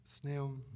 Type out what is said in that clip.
Snail